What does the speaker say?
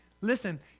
Listen